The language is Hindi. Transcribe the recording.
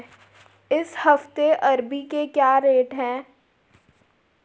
इस हफ्ते अरबी के क्या रेट हैं?